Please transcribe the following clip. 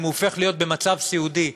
אם הוא הופך להיות במצב סיעודי,